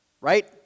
Right